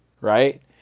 right